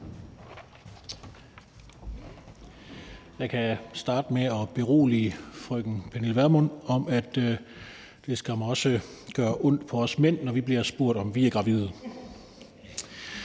Jeg kan starte med at berolige fru Pernille Vermund med, at det skam også gør ondt på os mænd, når vi bliver spurgt, om vi er gravide.